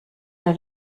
der